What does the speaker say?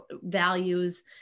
values